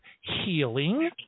healing